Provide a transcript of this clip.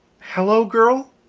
hello-girl?